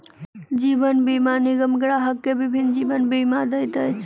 जीवन बीमा निगम ग्राहक के विभिन्न जीवन बीमा दैत अछि